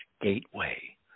Gateway